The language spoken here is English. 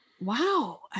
wow